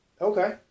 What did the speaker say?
Okay